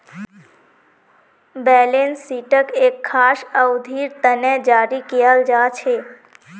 balance शीटक एक खास अवधिर तने जारी कियाल जा छे